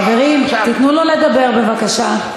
חברים, תיתנו לו לדבר, בבקשה.